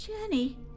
Jenny